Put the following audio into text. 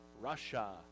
Russia